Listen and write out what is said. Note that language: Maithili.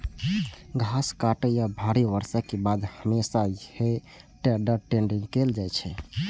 घास काटै या भारी बर्षा के बाद हमेशा हे टेडर टेडिंग कैल जाइ छै